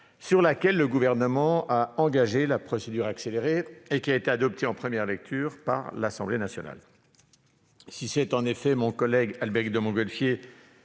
sur laquelle le Gouvernement a engagé la procédure accélérée et qui a été adoptée en première lecture par l'Assemblée nationale. Mon collègue Albéric de Montgolfier,